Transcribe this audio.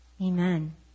Amen